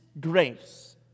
grace